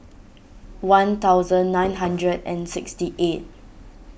one thousand nine hundred and sixty eight